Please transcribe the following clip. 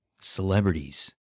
Celebrities